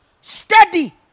steady